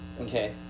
Okay